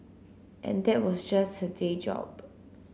and that was just her day job